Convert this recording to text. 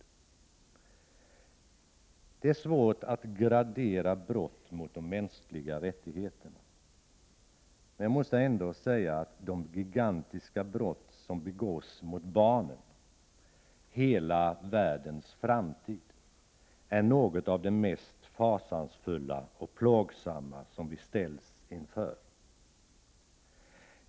Det är svårt att gradera brott mot de mänskliga rättigheterna, men jag måste säga att de gigantiska brott som begås mot barnen, hela världens framtid, är något av det mest fasansfulla och plågsamma som vi ställs inför.